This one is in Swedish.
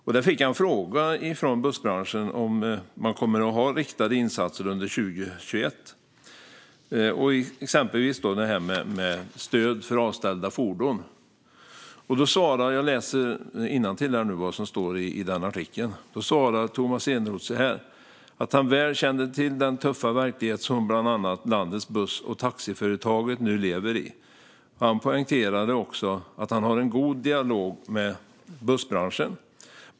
Där fick han frågan från bussbranschen om man kommer att ha riktade insatser under 2021, exempelvis med stöd för avställda fordon. Jag läser innantill ur en artikel: "Tomas Eneroth svarade att han väl kände till den tuffa verkligenhet som bland annat landets buss och taxiföretag nu lever i. Han poängterade också att han har en god dialog med . bussbranschen.